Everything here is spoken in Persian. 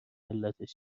علتش